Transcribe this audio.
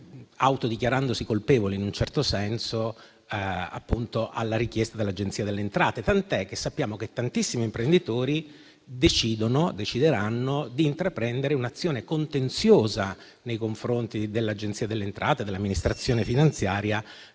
autodichiarandosi colpevoli in un certo senso, alla richiesta dell'Agenzia delle Entrate, tant'è che sappiamo che tantissimi imprenditori decideranno di intraprendere un'azione contenziosa nei confronti dell'Agenzia delle entrate e dell'amministrazione finanziaria,